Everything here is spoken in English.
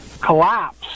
collapse